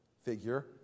figure